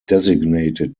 designated